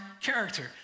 character